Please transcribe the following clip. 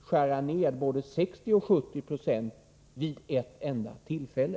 skära bort både 60 och 70 96 vid ett enda tillfälle.